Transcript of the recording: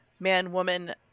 man-woman